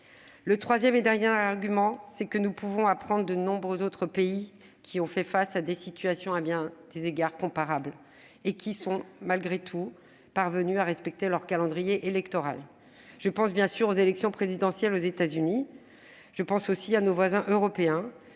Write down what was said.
Le troisième et dernier argument, c'est que nous pouvons apprendre des nombreux autres pays qui ont fait face à des situations à bien des égards comparables et qui sont, malgré tout, parvenus à respecter leur calendrier électoral. Je pense, bien sûr, aux élections présidentielles aux États-Unis, en novembre dernier. Je pense aussi à nos voisins européens,